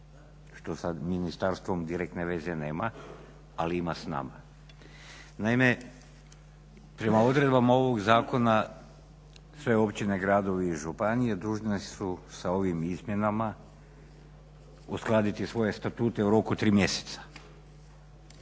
što sa ministarstvom direktne veze nema, ali ima s nama. Naime, prema odredbama ovog zakona sve općine, gradovi i županije dužne su sa ovim izmjenama uskladiti svoje statute u roku 3 mjeseca,